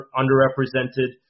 underrepresented